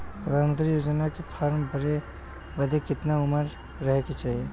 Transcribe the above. प्रधानमंत्री योजना के फॉर्म भरे बदे कितना उमर रहे के चाही?